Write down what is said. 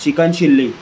chicken chilly